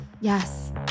Yes